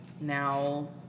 now